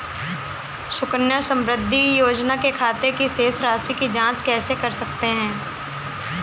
सुकन्या समृद्धि योजना के खाते की शेष राशि की जाँच कैसे कर सकते हैं?